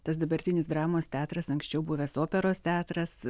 tas dabartinis dramos teatras anksčiau buvęs operos teatras